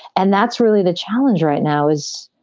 and that's really the challenge right now is,